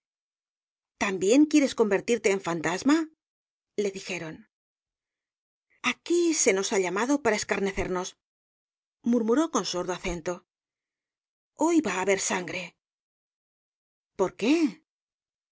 también quieres convertirte en fastasma le dijeron aquí se nos ha llamado para escarnecernos murmuró con sordo acento hoy va á haber sangre por qué